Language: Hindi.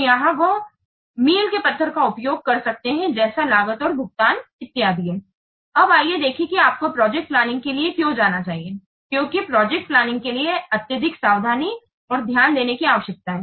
तो यहाँ वह मील के पत्थर का उपयोग कर सकते हैं जैसे लागत और भुगतान अब आइए देखें कि आपको प्रोजेक्ट प्लानिंग के लिए क्यों जाना चाहिए क्योंकि प्रोजेक्ट प्लानिंग के लिए अत्यधिक सावधानी और ध्यान देने की आवश्यकता होती है